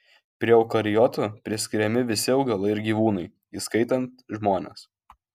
prie eukariotų priskiriami visi augalai ir gyvūnai įskaitant žmones